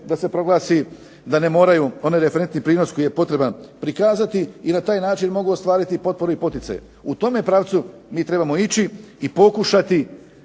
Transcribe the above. da se proglasi, da ne moraj onaj referentni prinos koji je potreban prikazati i na taj način mogu ostvariti potpore i poticaje. U tom pravcu mi trebamo ići i pokušati